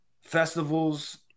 festivals